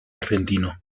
argentino